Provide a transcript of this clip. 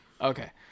Okay